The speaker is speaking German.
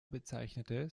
bezeichnete